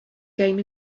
game